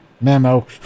memo—